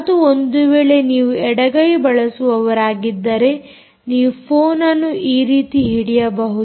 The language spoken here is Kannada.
ಮತ್ತು ಒಂದು ವೇಳೆ ನೀವು ಎಡಗೈ ಬಳಸುವವರಾಗಿದ್ದರೆ ನೀವು ಫೋನ್ ಅನ್ನು ಈ ರೀತಿ ಹಿಡಿಯಬಹುದು